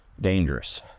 dangerous